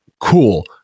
cool